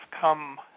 come